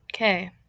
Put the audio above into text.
Okay